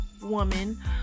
woman